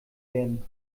werden